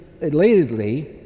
elatedly